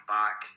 back